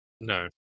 No